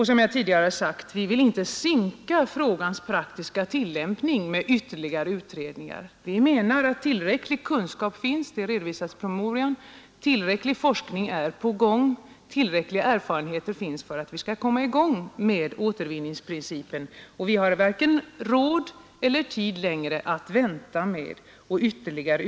Som jag tidigare sagt vill vi inte sinka frågans praktiska tillämpning med ytterligare utredningar. Vi menar att tillräcklig kunskap finns — det redovisas i promemorian: tillräcklig forskning pågår och tillräckliga erfarenheter finns för att vi skall kunna komma i gång med insatser enligt återvinningsprincipen, och vi har varken råd eller tid att vänta längre eller att utreda ytterligare.